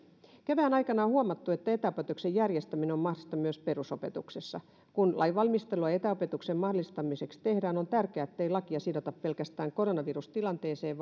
kevään aikana on huomattu että etäopetuksen järjestäminen on mahdollista myös perusopetuksessa kun lainvalmistelua etäopetuksen mahdollistamiseksi tehdään on tärkeää että lakia ei sidota pelkästään koronavirustilanteeseen